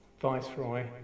viceroy